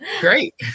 great